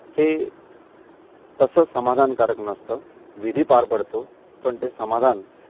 हे तसं समाधानकारक नसतं विधी पार पडतो पण ते समाधान